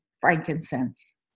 frankincense